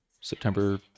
September